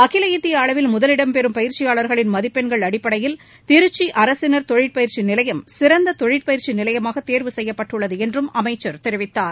அகில இந்திய அளவில் முதலிடம் பெறும் பயிற்சியாளர்களின் மதிப்பெண்கள் அடிப்படையில் திருச்சி அரசினா் தொழிற்பயிற்சி நிலையம் சிறந்த தொழிற்பயிற்சி நிலையமாக தேர்வு செய்யப்பட்டுள்ளது என்றும் அமைச்சர் தெரிவித்தார்